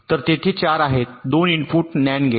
तर तेथे 4 आहेत 2 इनपुट नॅन्ड गेट